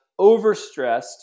overstressed